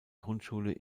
grundschule